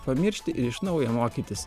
pamiršti ir iš naujo mokytis